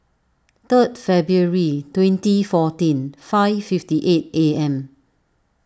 third February twenty fourteen five fifty eight A M